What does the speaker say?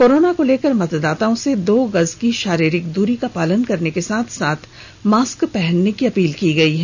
corona को लेकर मतदाताओं से दो गज की शारीरिक द्री का पालन करने के साथ साथ मास्क पहनने की अपील की गई है